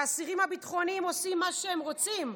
שהאסירים הביטחוניים עושים מה שהם רוצים,